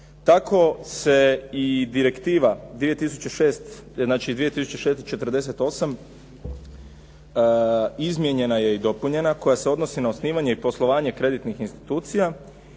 Tako se i direktiva 2006, znači 2648 izmijenjena je i dopunjena koja se odnosi na osnivanje i poslovanje kreditnih institucija